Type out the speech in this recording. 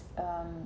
um